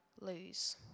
lose